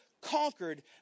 conquered